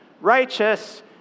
righteous